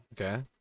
Okay